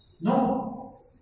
No